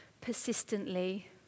persistently